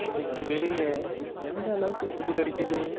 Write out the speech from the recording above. இன்னைக்கு வெளியே எந்த அளவுக்கு குளிர் அடிக்குது